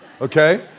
okay